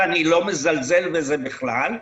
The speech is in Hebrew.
ואני לא מזלזל בזה בכלל,